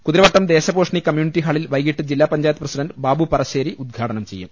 Kuthiravattam Deshaposhini community ഹാളിൽ വൈകീട്ട് ജില്ലാ പഞ്ചായത്ത് പ്രസിഡണ്ട് ബാബു പറശ്ശേരി ഉദ്ഘാ ടനം ചെയ്യും